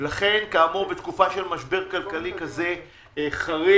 לכן כאמור בתקופה של משבר כלכלי כזה חריף